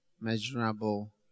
measurable